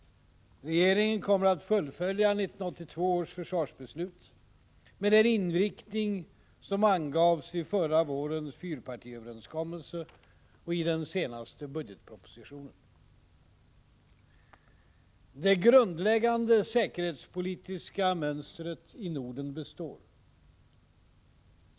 Regeringen kommer att fullfölja 1982 års försvarsbeslut, med den inriktning som angavs i förra vårens fyrpartiöverenskommelse och i den senaste budgetpropositionen. Det grundläggande säkerhetspolitiska mönstret i Norden består.